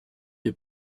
est